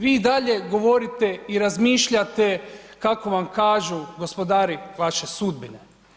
Vi i dalje govorite i razmišljate kako vam kažu gospodari vaše sudbine.